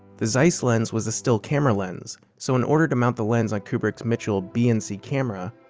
the zeiss lens was a still camera lens, so in order to mount the lens on kubrick's mitchell bnc camera,